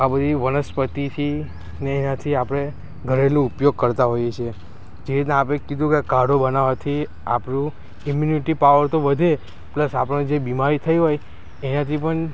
આ બધી વનસ્પતિથી ને એનાથી આપણે ઘરેલું ઉપયોગ કરતાં હોઈએ છે જે રીતના આપણે કીધું કે કાઢો બનાવાથી આપણું ઇમ્યુનિટી પાવર તો વધે પ્લસ આપણને જે બીમારી થઈ હોય એનાથી પણ